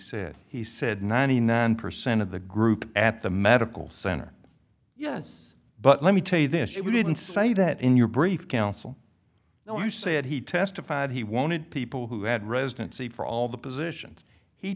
said he said ninety nine percent of the group at the medical center yes but let me tell you this you didn't say that in your brief counsel when you said he testified he wanted people who had residency for all the positions he